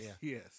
Yes